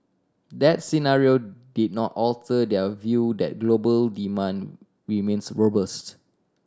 that scenario did not alter their view that global demand remains robust